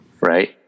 right